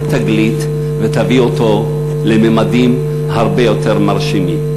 "תגלית" ותביא אותו לממדים הרבה יותר מרשימים.